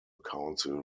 council